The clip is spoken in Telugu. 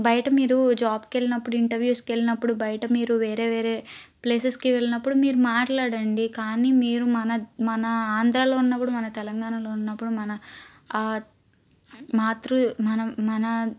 బయట మీరు జాబ్కు వెళ్లినప్పుడు ఇంటర్వూస్కు వెళ్ళినప్పుడు బయట మీరు వేరే వేరే ప్లేసెస్కి వెళ్ళినప్పుడు మీరు మాట్లాడండీ కానీ మీరు మన మన ఆంధ్రాలో ఉన్న కూడా మన తెలంగాణాలో ఉన్నపుడు మన మాతృ మన మన